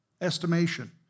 estimation